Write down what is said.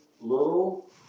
little